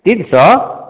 तीन सौ